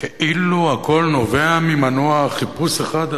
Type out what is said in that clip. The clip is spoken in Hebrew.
כאילו הכול נובע ממנוע חיפוש אחד,